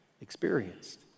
experienced